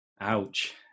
ouch